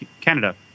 Canada